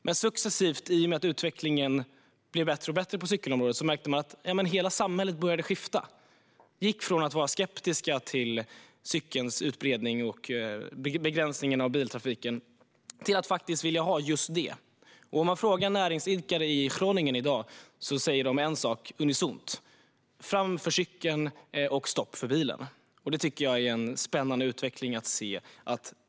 Men i och med att utvecklingen blev bättre och bättre på cykelområdet märkte man successivt att hela samhället började skifta - från att vara skeptiskt till cykelns utbredning och begränsningen av biltrafiken till att vilja ha just det. Om man frågar näringsidkare i Groningen i dag säger de unisont: Fram för cykeln och stopp för bilen! Det tycker jag är en spännande utveckling.